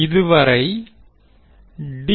இதுவரை டி